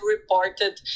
reported